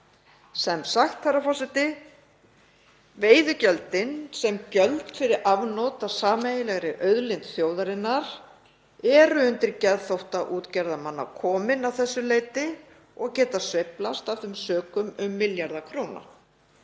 Sem sagt, herra forseti: Veiðigjöldin sem gjöld fyrir afnot af sameiginlegri auðlind þjóðarinnar eru undir geðþótta útgerðarmanna komin að þessu leyti og geta sveiflast af þeim sökum um milljarða króna,